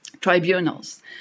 tribunals